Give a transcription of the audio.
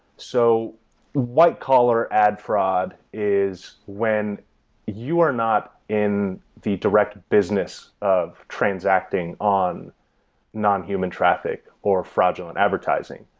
so white collar ad fraud is when you are not in the direct business of transacting on non-human traffic, or fraudulent advertising,